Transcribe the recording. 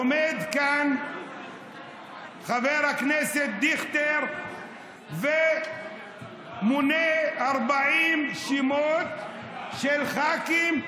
עומד כאן חבר הכנסת דיכטר ומונה 40 שמות של ח"כים,